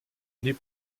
les